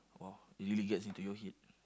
!wow! it really gets into your head